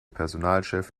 personalchef